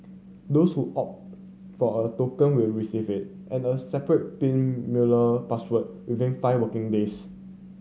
those who opt for a token will receive it and a separate pin mailer password within five working days